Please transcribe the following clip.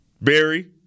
Barry